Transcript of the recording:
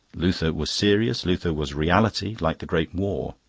luther was serious, luther was reality like the great war.